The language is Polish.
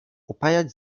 upajać